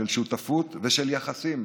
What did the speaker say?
של שותפות ושל יחסים